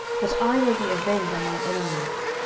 that i may be avenged on mine enemies.